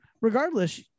Regardless